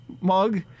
mug